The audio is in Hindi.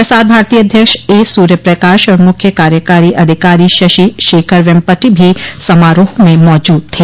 प्रसार भारती अध्यक्ष ए सूर्यप्रकाश और मुख्य कार्यकारी अधिकारी शशि शेखर वेम्पटि भी समारोह में मौजूद थे